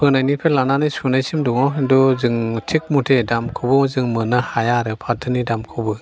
फोनायनिफ्राय लानानै सुनायसिम दङ खिन्थु जों थिग मथे दामखौबो जों मोननो हाया आरो फाथोनि दामखौबो